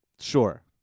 Sure